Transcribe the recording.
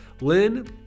Lynn